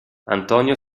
antonio